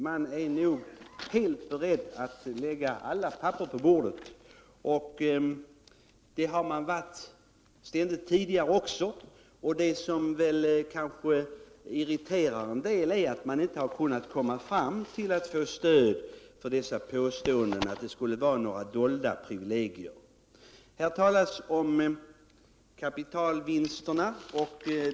Man är säkert beredd att lägga alla papper på bordet. Det har man alltid varit tidigare också. Vad som kanske irriterar en del är att det inte varit möjligt att få stöd för påståendena om att jordbrukarna skulle ha dolda privilegier. Här talas om kapitalvinster.